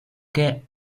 quai